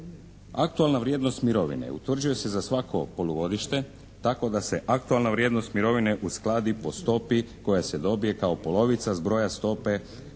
Aktualna vrijednost mirovine utvrđuje se za svako polugodište tako da se aktualna vrijednost mirovine uskladi po stopi koja se dobije kao polovica zbroja stope